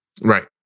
Right